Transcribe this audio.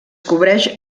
cobreix